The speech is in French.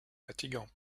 fatigant